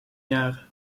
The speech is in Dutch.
jaren